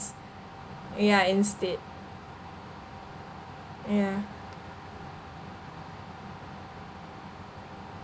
ya instead ya